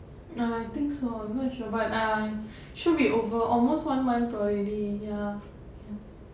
no I think so much about time should be over almost one month already ya